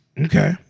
Okay